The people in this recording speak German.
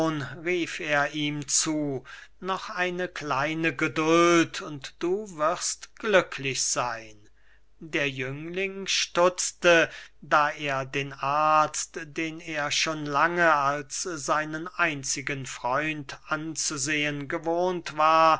ihm zu noch eine kleine geduld und du wirst glücklich seyn der jüngling stutzte da er den arzt den er schon lange als seinen einzigen freund anzusehen gewohnt war